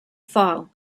file